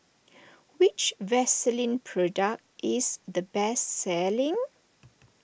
which Vaselin Product is the best selling